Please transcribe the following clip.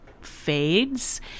Fades